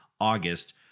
August